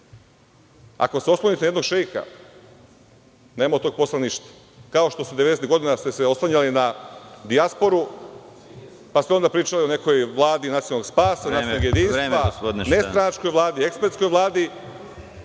se oslonite na jednog šeika, nema od tog posla ništa, kao što ste se 90-tih godina oslanjali na dijasporu, pa ste onda pričali o nekoj vladi nacionalnog spasa, bratstva jedinstva, nestranačkoj vladi, ekspertskoj vladi,